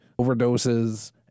overdoses